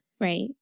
Right